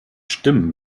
stimmen